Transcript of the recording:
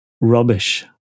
rubbish